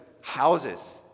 houses